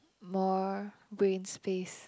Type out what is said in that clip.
more brain space